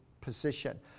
position